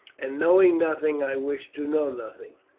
and knowing nothing i wish to know nothing.